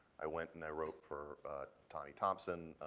i went and i wrote for tommy thompson,